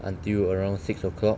until around six o'clock